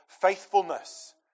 faithfulness